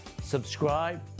subscribe